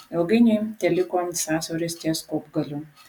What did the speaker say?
ilgainiui teliko sąsiauris ties kopgaliu